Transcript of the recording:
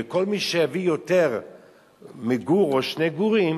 וכל מי שיביא יותר מגור או שני גורים